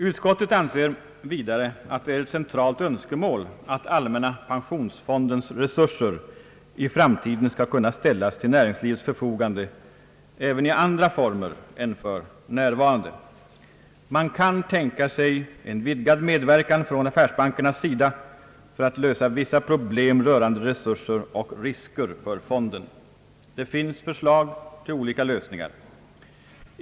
Utskottet anser vidare att det är ett centralt önskemål att allmänna pensionsfondens resurser i framtiden skall kunna ställas till näringslivets förfogande även i andra former än för närvarande. Man kan tänka sig en vidgad medverkan från affärsbankerna för att lösa vissa problem rörande resurser och risker för fonden. Det finns förslag till olika lösningar.